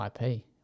IP